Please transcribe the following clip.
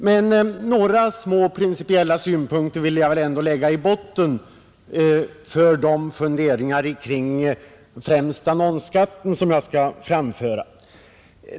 Men några små principiella synpunkter vill jag ändå lägga i botten för de funderingar kring annonsskatten som jag skall framföra.